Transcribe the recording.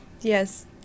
Yes